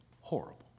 Horrible